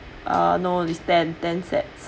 uh no it's ten ten sets